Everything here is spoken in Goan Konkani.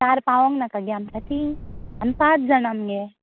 चार पावोंक नाका गे आमकां तीं आमी पांच जाणां मगे